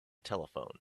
telephone